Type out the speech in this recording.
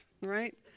Right